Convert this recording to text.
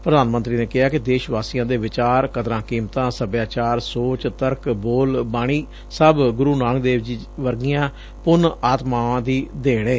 ਪ੍ਰਧਾਨ ਮੰਤਰੀ ਨੇ ਕਿਹਾ ਕਿ ਦੇਸ਼ ਵਾਸੀਆਂ ਦੇ ਵਿਚਾਰ ਕਦਰਾਂ ਕੀਮਤਾਂ ਸਭਿਆਚਾਰ ਸੋਚ ਤਰਕ ਬੋਲ ਬਾਣੀ ਸਭ ਗੁਰੁ ਨਾਨਕ ਦੇਵ ਜੀ ਵਰਗੀਆਂ ਪੁੰਨ ਆਤਮਾਵਾਂ ਦੀ ਦੇਣ ਏ